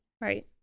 Right